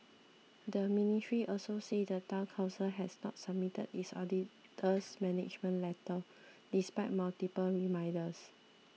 the ministry also said the Town Council has not submitted its auditor's management letter despite multiple reminders